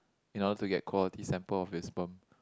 in order to get quality sample of his sperm